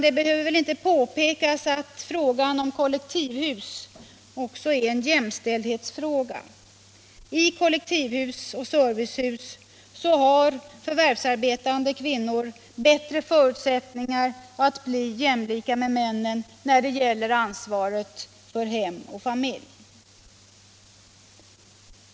Det behöver väl inte påpekas att frågan om kollektivhus också är en jämställdhetsfråga. I kollektivhus och servicehus har förvärvsarbetande kvinnor bättre förutsättningar att bli jämlika med männen när det gäller ansvaret för hem och familj.